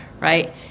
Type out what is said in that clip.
right